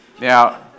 Now